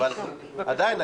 אבל עדיין,